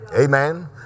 Amen